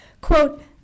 Quote